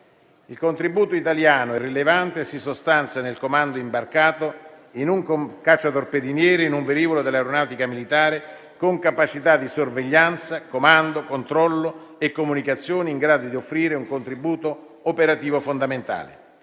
Il contributo italiano è rilevante e si sostanzia nel comando imbarcato, in un cacciatorpediniere, in un velivolo dell'Aeronautica militare, con capacità di sorveglianza, comando, controllo e comunicazioni, in grado di offrire un contributo operativo fondamentale.